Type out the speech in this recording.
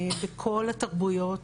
בכל התרבויות,